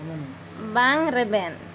ᱵᱟᱝ ᱨᱮᱵᱮᱱ